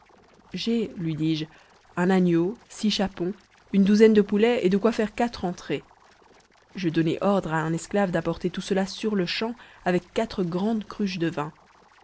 j'ai lui dis-je un agneau six chapons une douzaine de poulets et de quoi faire quatre entrées je donnai ordre à un esclave d'apporter tout cela sur-le-champ avec quatre grandes cruches de vin